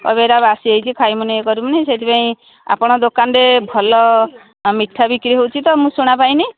କହିବେ ଏଟା ବାସି ହେଇଛି ଖାଇବୁନି ଏ କରିବୁନି ସେଥିପାଇଁ ଆପଣ ଦୋକାନରେ ଭଲ ମିଠା ବିକ୍ରି ହେଉଛି ତ ମୁଁ ଶୁଣା ପାଇଁନି